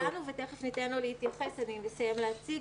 אלי כאן ותיכף ניתן לו להתייחס, אני אסיים להציג.